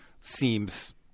seems